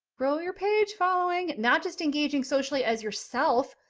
grow your page following, not just engaging socially as yourself.